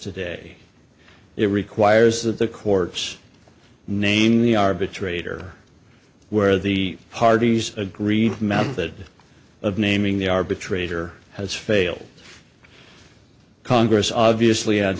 today it requires that the courts name the arbitrator where the parties agreed method of naming the arbitrator has failed congress obviously had